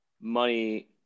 money